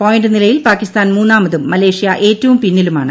point നിലയിൽ പാകിസ്ഥാൻ മൂന്നാമതും Malaysia ഏറ്റവും പിന്നിലുമാണ്